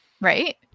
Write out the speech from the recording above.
Right